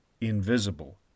invisible